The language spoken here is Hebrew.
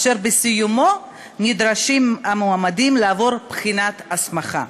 אשר בסיומו נדרשים המועמדים לעבור בחינת הסמכה.